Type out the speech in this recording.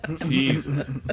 Jesus